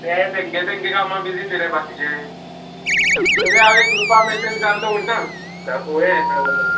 ते तेंगे तेंगे कामां बिझी न्हय रे बाकीचे तरी हांव एक ग्रुपा मेसेज घान दवरता पळोया येता जाल्यार